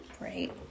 right